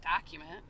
document